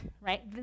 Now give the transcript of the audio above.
right